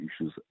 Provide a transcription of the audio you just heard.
issues